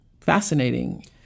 fascinating